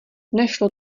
nešlo